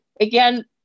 again